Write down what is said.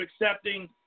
accepting